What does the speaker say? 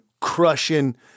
crushing